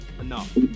enough